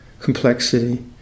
complexity